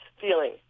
feeling